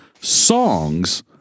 songs